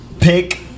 pick